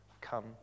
come